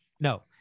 No